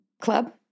club